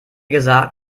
gesagt